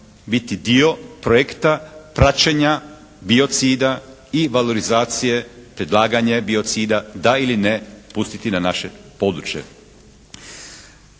biti dio projekta praćenja biocida i valorizacije predlaganje biocida da ili ne pustiti na naše područje.